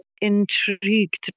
intrigued